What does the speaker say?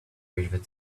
reached